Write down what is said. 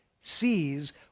sees